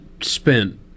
spent